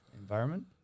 environment